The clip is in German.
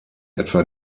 etwa